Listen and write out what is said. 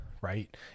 right